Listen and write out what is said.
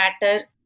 matter